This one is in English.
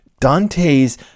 Dante's